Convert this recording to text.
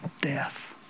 death